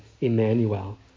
Emmanuel